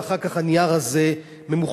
ואחר כך הנייר הזה ממוחזר.